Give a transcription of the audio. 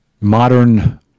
modern